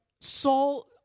Saul